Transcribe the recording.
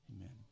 Amen